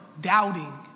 doubting